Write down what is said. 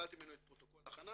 וקיבלתי ממנו את פרוטוקול ההכנה,